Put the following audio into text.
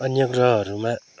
अन्य ग्रहहरूमा